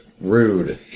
Rude